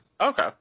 Okay